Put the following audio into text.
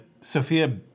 Sophia